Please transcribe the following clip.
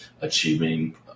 achieving